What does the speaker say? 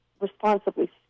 responsibly